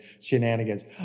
shenanigans